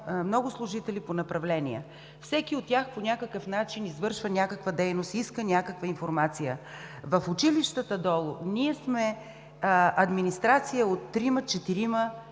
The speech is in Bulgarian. много служители по направления, всеки от тях по някакъв начин извършва някаква дейност, иска някаква информация. В училищата долу ние сме администрация от трима, четирима,